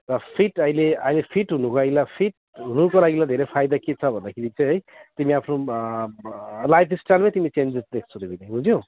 र फिट अहिले अहिले फिट हुनुको लागि लाई फिट हुनुको लागि लाई धेरै फाइदा के छ भन्दाखेरि चाहिँ है फेरि आफ्नो लाइफस्टाइलमै तिमी चेन्ज देख्छौ त्यति बेला बुझ्यौ